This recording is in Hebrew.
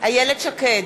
איילת שקד,